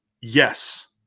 Yes